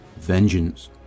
Vengeance